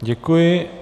Děkuji.